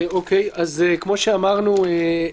אז כמו שאמרנו,